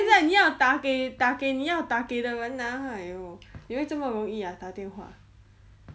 现在你要打给打给你要打给的人 ah !aiyo! 以为这么容易 ah 打电话